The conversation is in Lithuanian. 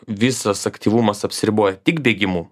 visas aktyvumas apsiriboja tik bėgimu